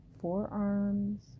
forearms